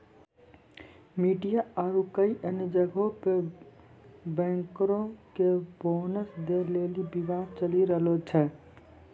media आरु कई अन्य जगहो पे बैंकरो के बोनस दै लेली विवाद चलि रहलो छै